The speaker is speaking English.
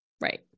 Right